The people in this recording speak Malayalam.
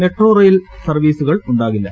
മെട്രോ റെയിൽ സർവ്വീസു്കൾ ഉണ്ടാകില്ല